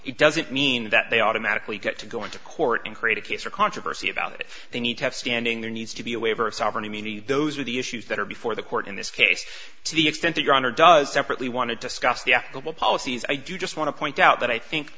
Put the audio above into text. it doesn't mean that they automatically get to go into court and create a case or controversy about it they need to have standing there needs to be a waiver of sovereign immunity those are the issues that are before the court in this case to the extent that your honor does separately want to discuss the ethical policies i do just want to point out that i think